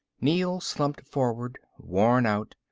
neel slumped forward, worn out,